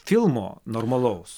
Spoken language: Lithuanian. filmo normalaus